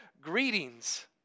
Greetings